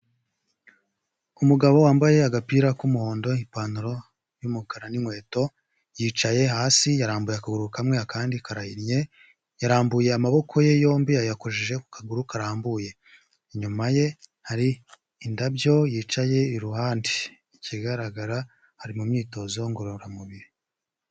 Umugabo wambaye agapira k'umuhondo ipantaro y'umukara n'inkweto, yicaye hasi yarambuye akaguru kamwe akandi karahinnye yarambuye amaboko ye yombi yayakojeje ku kaguru karambuye, inyuma ye hari indabyo yicaye iruhande ikigaragara ari mu myitozo ngororamubiri.